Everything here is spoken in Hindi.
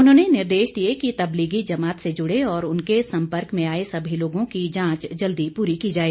उन्होंने निर्देश दिए कि तबलीगी जमात से जुड़े और उनके सम्पर्क में आए सभी लोगों की जांच जल्दी पूरी की जाए